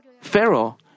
Pharaoh